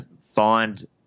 find